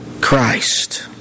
Christ